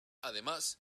además